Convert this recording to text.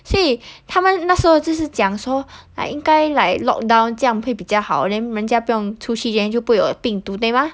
所以他们那时候就是讲说 like 应该 like lockdown 这样会比较好 then 人家不用出去 then 就不会有病毒对吗